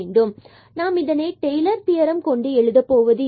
எனவே நாம் இதனை டெய்லர் தியரம் கொண்டு எழுதப் போவது இல்லை